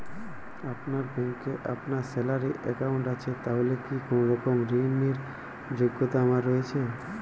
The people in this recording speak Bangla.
আপনার ব্যাংকে আমার স্যালারি অ্যাকাউন্ট আছে তাহলে কি কোনরকম ঋণ র যোগ্যতা আমার রয়েছে?